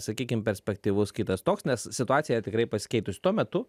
sakykim perspektyvus kitas toks nes situacija tikrai pasikeitus tuo metu